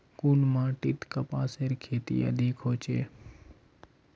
कुन माटित कपासेर खेती अधिक होचे?